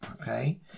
Okay